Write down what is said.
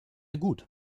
gut